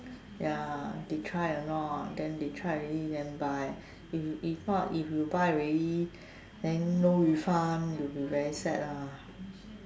ya they try or not then they try already then buy if if not if you buy already then no refund will be very sad ah